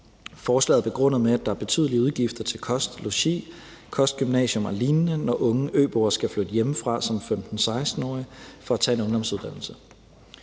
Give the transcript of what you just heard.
Forslaget begrundes med, at der er betydelige udgifter til kost, logi, kostgymnasium og lignende, når unge øboere skal flytte hjemmefra som 15-16-årige for at tage en ungdomsuddannelse.